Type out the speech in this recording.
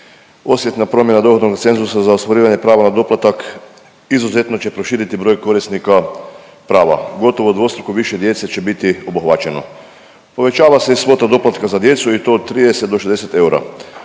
osjetna promjena dohodovnog cenzusa za ostvarivanje prava na doplatak izuzetno će proširiti broj korisnika prava, gotovo dvostruko više djece će biti obuhvaćeno. Povećava se i svota doplatka za djecu i to 30 do 60 eura.